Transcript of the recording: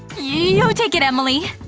you take it, emily.